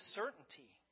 certainty